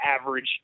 average